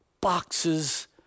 boxes